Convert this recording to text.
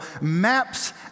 maps